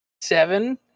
seven